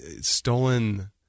stolen